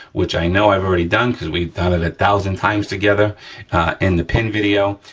which i know i've already done, cause we've done it a thousand times together in the pin video.